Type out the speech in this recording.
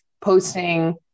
posting